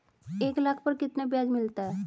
एक लाख पर कितना ब्याज मिलता है?